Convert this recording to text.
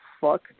fuck